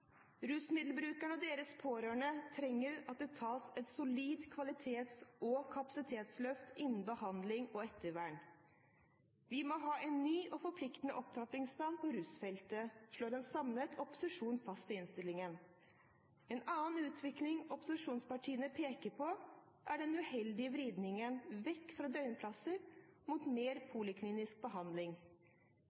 og deres pårørende trenger at det tas et solid kvalitets- og kapasitetsløft innen behandling og ettervern. Vi må ha en ny og forpliktende opptrappingsplan på rusfeltet, slår en samlet opposisjon fast i innstillingen. En annen utvikling opposisjonspartiene peker på, er den uheldige vridningen vekk fra døgnplasser mot mer poliklinisk behandling.